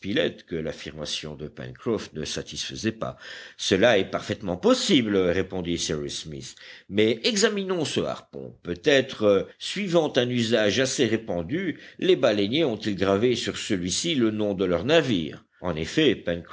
que l'affirmation de pencroff ne satisfaisait pas cela est parfaitement possible répondit cyrus smith mais examinons ce harpon peut-être suivant un usage assez répandu les baleiniers ont-ils gravé sur celui-ci le nom de leur navire en effet